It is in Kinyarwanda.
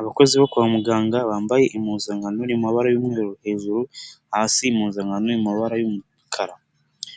Abakozi bo kwa muganga bambaye impuzankano, iri mu mabara y'umweru hejuru, hasi impuzankano iri mu mabara y'umukara.